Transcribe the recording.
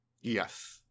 Yes